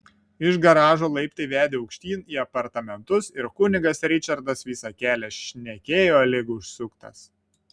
iš garažo laiptai vedė aukštyn į apartamentus ir kunigas ričardas visą kelią šnekėjo lyg užsuktas